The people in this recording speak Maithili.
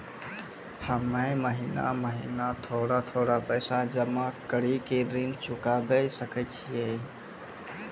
हम्मे महीना महीना थोड़ा थोड़ा पैसा जमा कड़ी के ऋण चुकाबै सकय छियै?